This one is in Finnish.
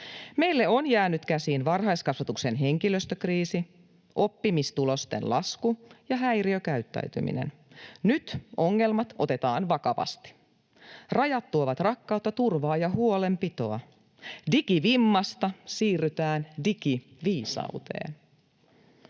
Meille on jäänyt käsiin varhaiskasvatuksen henkilöstökriisi, oppimistulosten lasku ja häiriökäyttäytyminen. Nyt ongelmat otetaan vakavasti. Rajat tuovat rakkautta, turvaa ja huolenpitoa. Digivimmasta siirrytään digiviisauteen.